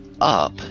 up